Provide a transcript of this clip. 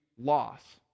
loss